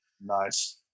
nice